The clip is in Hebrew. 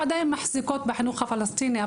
ושמרניות ועדיין מחזיקות בחינוך הפלסטיני.